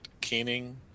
Keening